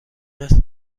است